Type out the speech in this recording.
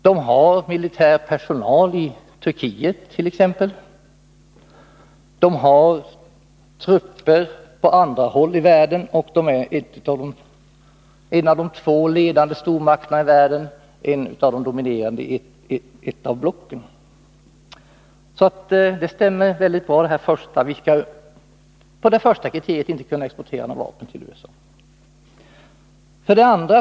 USA har militär personal i Turkiet t.ex. USA har trupper på andra håll i världen och är en av de två ledande stormakterna i världen — en av de dominerande i ett av blocken. Detta första kriterium stämmer alltså bra när det gäller USA. Vi kan alltså med hänvisning till detta första kriterium inte exportera vapen till USA.